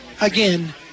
again